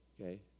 okay